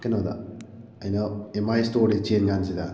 ꯀꯩꯅꯣꯗ ꯑꯩꯅ M I ꯏꯁꯇꯣꯔꯗꯒꯤ ꯆꯦꯟ ꯀꯥꯟꯁꯤꯗ